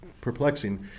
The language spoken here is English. perplexing